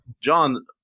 John